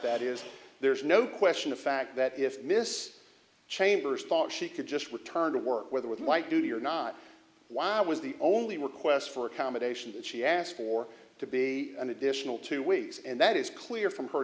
that is there is no question of fact that if miss chambers thought she could just return to work whether with light duty or not why was the only request for accommodation that she asked for to be an additional two weeks and that is clear from her